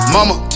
Mama